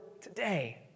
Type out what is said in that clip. today